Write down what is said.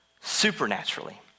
supernaturally